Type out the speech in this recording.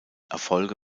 erfolge